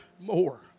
more